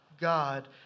God